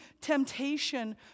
temptation